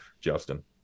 Justin